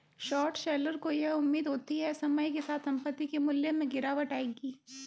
short seller को यह उम्मीद होती है समय के साथ संपत्ति के मूल्य में गिरावट आएगी